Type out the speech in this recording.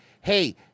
Hey